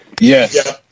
Yes